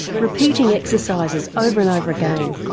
repeating exercises over and over again.